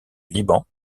liban